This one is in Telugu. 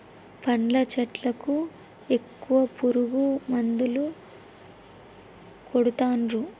పండ్ల చెట్లకు ఎక్కువ పురుగు మందులు కొడుతాన్రు